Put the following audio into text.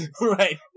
Right